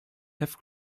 have